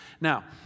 Now